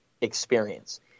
experience